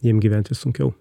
jiem gyventi sunkiau